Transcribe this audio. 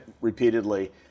repeatedly